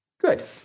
Good